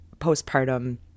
postpartum